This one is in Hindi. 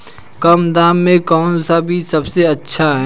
कम दाम में कौन सा बीज सबसे अच्छा है?